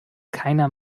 keiner